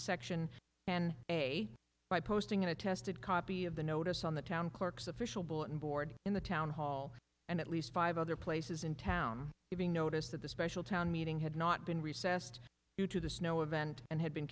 section and a by posting in attested copy of the notice on the town clerk's official bulletin board in the town hall and at least five other places in town giving notice that the special town meeting had not been recessed due to the snow event and had been